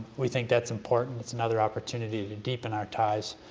we think that's important, it's another opportunity to deepen our ties,